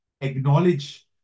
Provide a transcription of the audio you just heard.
acknowledge